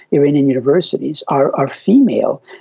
iranian universities, are are female,